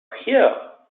here